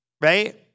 right